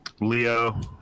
Leo